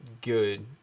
good